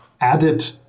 added